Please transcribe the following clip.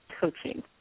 Coaching